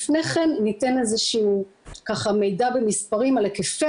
לפני כן ניתן איזה שהוא מידע במספרים על היקפי